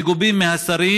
המגובים על ידי השרים,